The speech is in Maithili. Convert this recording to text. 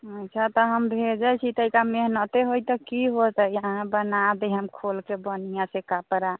अच्छा तऽ हम भेजै छी तऽ एकरा मेहनते होइ तऽ कि होतै अहाँ बना दिअन्ह बढ़िआँसँ खोलिकऽ कपड़ा